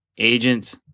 Agents